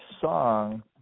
song